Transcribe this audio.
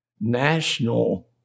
national